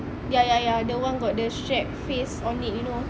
ya ya ya the one got the shrek face on it you know